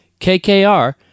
KKR